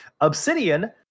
Obsidian